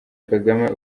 kagame